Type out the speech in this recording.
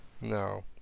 no